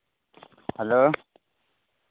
hello